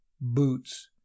boots